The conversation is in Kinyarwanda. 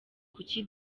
kuki